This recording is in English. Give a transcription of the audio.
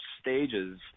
stages